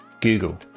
Google